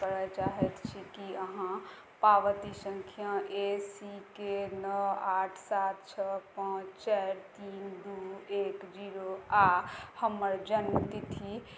करै चाहै छी कि अहाँ पावती सँख्या ए सी के नओ आठ सात छओ पाँच चारि तीन दुइ एक जीरो आओर हमर जनमतिथि